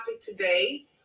today